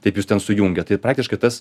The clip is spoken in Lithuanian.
taip jus ten sujungia tai praktiškai tas